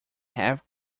half